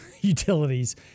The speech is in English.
utilities